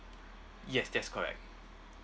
yes that's correct